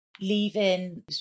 leaving